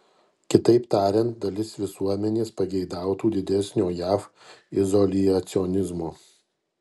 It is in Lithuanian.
kitaip tariant dalis visuomenės pageidautų didesnio jav izoliacionizmo